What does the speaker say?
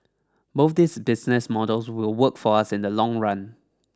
both these business models will work for us in the long run